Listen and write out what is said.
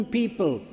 people